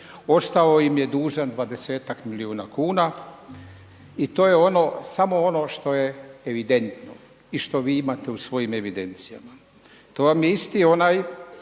ostao im je dužan 20-ak milijuna kuna i to je ono, samo ono što je evidentno i što vi imate u svojim evidencijama.